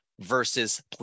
versus